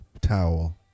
towel